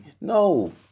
No